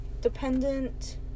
dependent